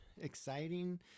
exciting